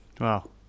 wow